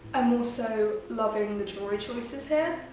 i'm also loving the jewelry choices here.